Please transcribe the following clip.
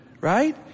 right